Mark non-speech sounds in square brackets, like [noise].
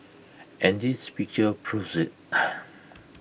and this picture proves IT [noise]